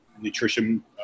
nutrition